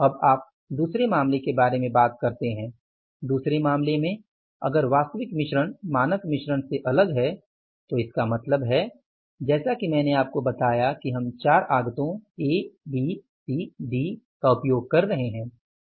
अब आप दूसरे मामले के बारे में बात करते हैं दूसरे मामले में अगर वास्तविक मिश्रण मानक मिश्रण से अलग है तो इसका मतलब है जैसा कि मैंने आपको बताया कि हम 4 आगतों A B C D का उपयोग कर रहे हैं